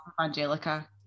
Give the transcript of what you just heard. Angelica